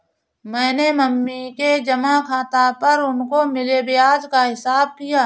मैंने मम्मी के जमा खाता पर उनको मिले ब्याज का हिसाब किया